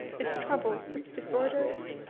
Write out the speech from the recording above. its troubles, its disorders?